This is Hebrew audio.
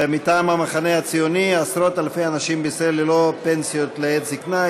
מטעם המחנה הציוני: עשרות-אלפי אנשים בישראל ללא פנסיות לעת זיקנה,